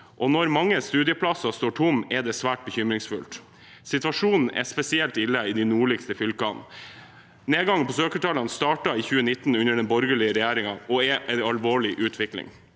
når mange studieplasser står tomme, er det svært bekymringsfullt. Situasjonen er spesielt ille i de nordligste fylkene. Nedgangen i søkertallene startet i 2019, under den borgerlige regjeringen, og er en alvorlig utvikling.